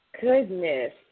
Goodness